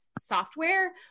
software